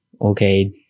okay